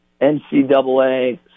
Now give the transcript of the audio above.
NCAA